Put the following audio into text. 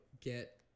get